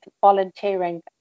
volunteering